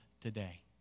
today